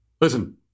Listen